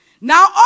now